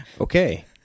Okay